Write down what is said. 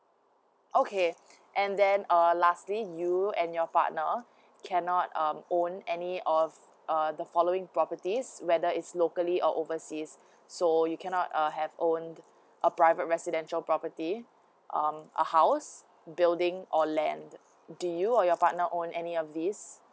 okay and then uh lastly you and your partner cannot um own any of err the following properties whether is locally or overseas so you cannot err have own a private residential properties um a house building or land do you or your partner own any of this